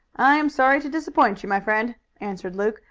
i am sorry to disappoint you, my friend, answered luke,